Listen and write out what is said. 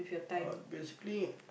uh basically